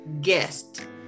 guest